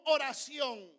oración